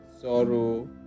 sorrow